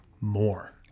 more